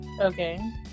Okay